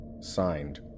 Signed